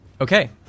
Okay